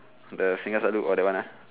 the singgah selalu or that one ah